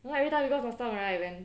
know every time because last time when